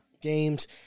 games